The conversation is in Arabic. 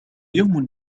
يوم